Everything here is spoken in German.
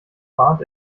bahnt